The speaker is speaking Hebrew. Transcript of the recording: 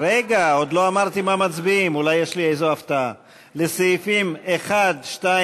הרשימה המשותפת לסעיף 1 לא נתקבלה.